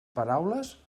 paraules